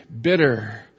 bitter